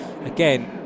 again